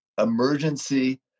emergency